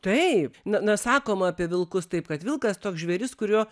taip na na sakom apie vilkus taip kad vilkas toks žvėris kurio